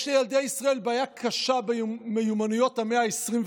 יש לילדי ישראל בעיה קשה במיומנויות המאה ה-21.